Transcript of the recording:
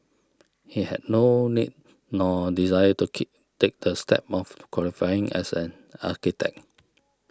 he had no need nor desire to keep take the step of qualifying as an architect